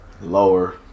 Lower